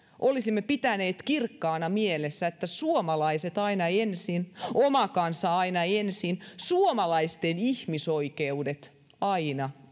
olisimme pitäneet kirkkaana mielessä että suomalaiset aina ensin oma kansa aina ensin suomalaisten ihmisoikeudet aina